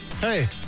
Hey